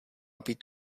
být